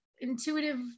intuitive